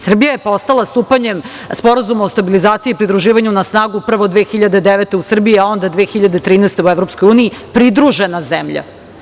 Srbija je postala stupanjem Sporazuma o stabilizaciji i pridruživanju na snagu prvo 2009. godine u Srbiji, a onda 2013. godine u EU, pridružena zemlja.